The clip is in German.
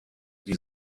die